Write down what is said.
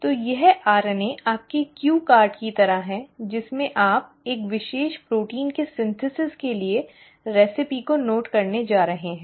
तो यह RNA आपके क्यू कार्ड की तरह है जिसमें आप एक विशेष प्रोटीन के संश्लेषण के लिए नुस्खा को नोट करने जा रहे हैं